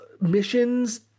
missions